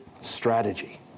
strategy